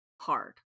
hard